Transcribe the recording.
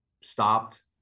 stopped